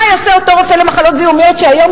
מה יעשה אותו רופא למחלות זיהומיות שהיום,